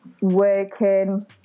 working